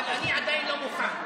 אבל אני עדיין לא מוכן,